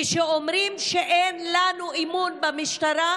כשאומרים: אין לנו אמון במשטרה,